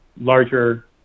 larger